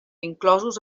inclosos